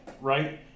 right